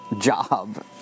job